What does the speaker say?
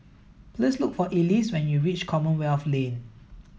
please look for Elease when you reach Commonwealth Lane